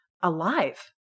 alive